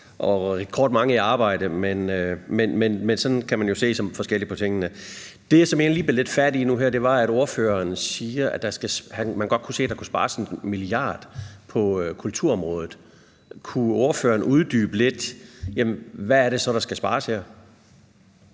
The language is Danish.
og rekordmange i arbejde. Men sådan kan man jo se forskelligt på tingene. Det, jeg egentlig lige bed lidt fat i nu her, var, at ordføreren sagde, at han godt kunne se, at der kunne spares 1 mia. kr. på kulturområdet. Kunne ordføreren uddybe lidt, hvad det så er, der skal spares her?